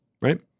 right